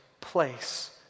place